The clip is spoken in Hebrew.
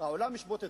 העולם ישפוט אתכם,